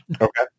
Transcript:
Okay